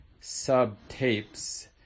sub-tapes